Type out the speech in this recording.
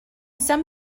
some